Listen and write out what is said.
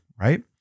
right